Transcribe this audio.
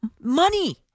money